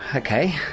ah okay,